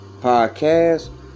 podcast